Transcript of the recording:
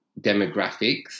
demographics